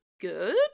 good